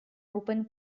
open